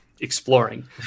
exploring